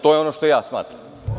To je ono što ja shvatam.